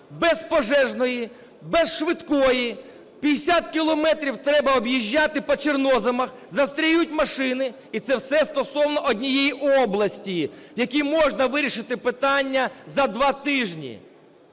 без пожежної, без швидкої, 50 кілометрів треба об'їжджати по чорноземах, застряють машини. І це все стосовно однієї області, в якій можна вирішити питання за два тижні.